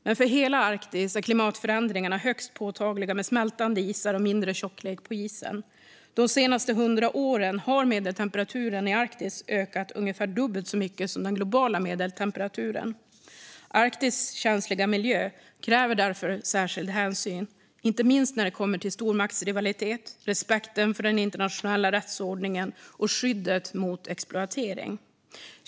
Men för hela Arktis är klimatförändringarna högst påtagliga med smältande isar och mindre tjocklek på isen. De senaste hundra åren har medeltemperaturen i Arktis ökat ungefär dubbelt så mycket som den globala medeltemperaturen. Arktis känsliga miljö kräver därför särskild hänsyn, inte minst när det kommer till stormaktsrivalitet, respekt för den internationella rättsordningen och skydd mot exploatering.